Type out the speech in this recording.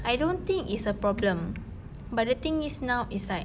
I don't think it's a problem but the thing is now is like